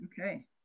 okay